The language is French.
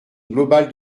globale